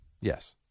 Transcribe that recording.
Yes